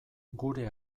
gure